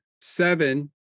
seven